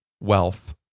wealth